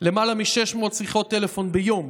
למעלה מ-600 שיחות טלפון ביום.